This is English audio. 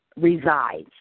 resides